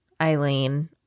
Eileen